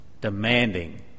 demanding